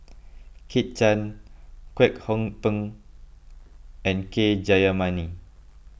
Kit Chan Kwek Hong Png and K Jayamani